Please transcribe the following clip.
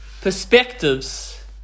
perspectives